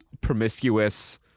promiscuous